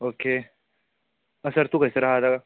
okay sir तूं खंयसर आहा आतां